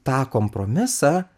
tą kompromisą